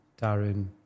Darren